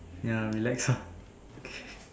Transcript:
ya relax ah okay